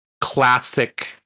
classic